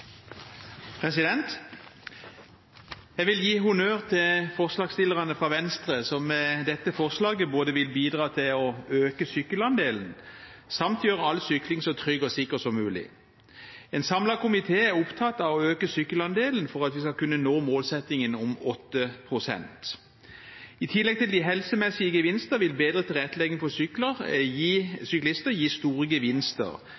Jeg vil gi honnør til forslagsstillerne fra Venstre, som med dette forslaget vil bidra til både å øke sykkelandelen og gjøre all sykling så trygg og sikker som mulig. En samlet komité er opptatt av å øke sykkelandelen for at vi skal kunne nå målsettingen om 8 pst. I tillegg til de helsemessige gevinster vil bedre tilrettelegging for syklister gi store gevinster